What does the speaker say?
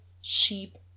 sheep